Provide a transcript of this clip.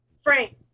Frank